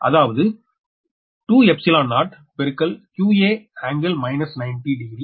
அதாவது 2𝜀0 ∗ 𝑞𝑎 ∟− 90 டிகிரி